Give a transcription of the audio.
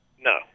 No